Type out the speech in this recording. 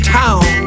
town